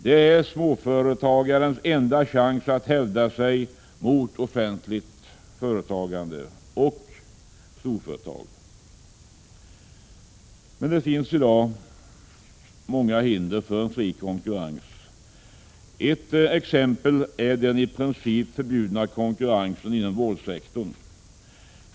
Det är småföretagarens enda chans att hävda sig mot offentligt företagande och storföretag. Men det finns i dag många hinder för fri konkurrens. Ett exempel är den i princip förbjudna konkurrensen inom vårdsektorn.